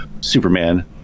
Superman